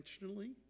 intentionally